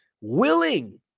willing